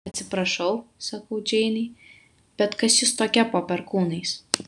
atsiprašau sakau džeinei bet kas jūs tokia po perkūnais